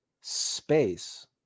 space